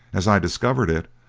as i discovered it,